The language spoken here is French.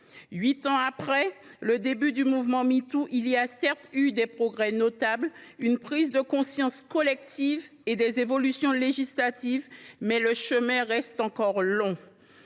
Huit ans après le début du mouvement MeToo, il y a certes eu des progrès notables, une prise de conscience collective et des évolutions législatives, mais le chemin reste encore long.